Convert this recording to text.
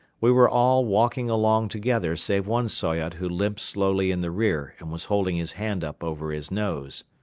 we were all walking along together save one soyot who limped slowly in the rear and was holding his hand up over his nose.